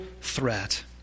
threat